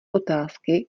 otázky